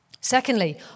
Secondly